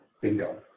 Bingo